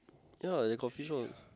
why the coffeeshop